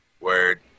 Word